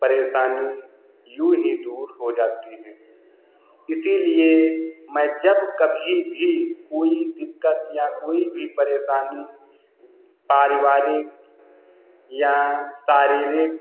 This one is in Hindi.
परेशानी यूँ ही दूर हो जाती हैं इसीलिए मैं जब कभी भी कोई दिक्कत या कोई भी परेशानी पारिवारिक या शारीरिक